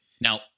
Now